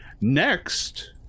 Next